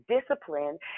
discipline